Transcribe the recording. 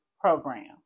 program